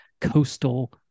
coastal